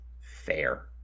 fair